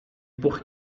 por